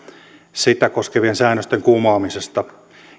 sitä koskevien säännösten kumoamisesta